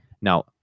Now